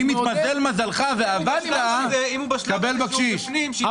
אם התמזל מזלך ועבדת, קבל בקשיש.